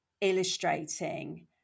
illustrating